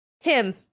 Tim